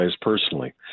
personally